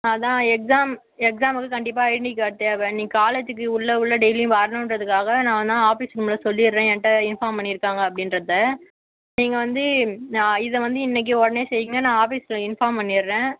ஆனால் எக்ஸாம் எக்ஸாமுக்கு கண்டிப்பாக ஐடின்டி கார்டு தேவை நீ காலேஜிக்கு உள்ளே உள்ளே டெய்லியும் வரணுகிறதுக்காக நான் வேணால் ஆஃபீஸ் ரூமில் சொல்லிடுறேன் என்கிட்ட இன்ஃபார்ம் பண்ணியிருக்காங்க அப்படின்றத நீங்கள் வந்து நான் இதை வந்து இன்னிக்கு உடனே செய்கன்னு நான் ஆஃபீஸில் இன்ஃபார்ம் பண்ணிடுறேன்